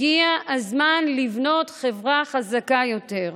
הגיע הזמן לבנות חברה חזקה יותר.